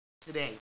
today